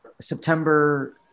September